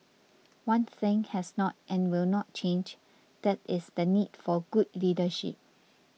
one thing has not and will not change that is the need for good leadership